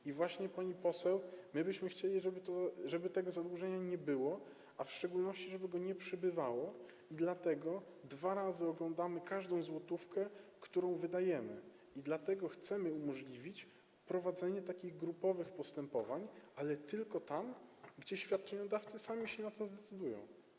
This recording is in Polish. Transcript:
I właśnie, pani poseł, chcielibyśmy, żeby tego zadłużenia nie było, w szczególności żeby go nie przybywało, dlatego dwa razy oglądamy każdą złotówkę, którą wydajemy, dlatego chcemy umożliwić prowadzenie takich grupowych postępowań, ale tylko tam, gdzie świadczeniodawcy sami się na to zdecydują.